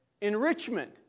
enrichment